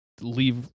leave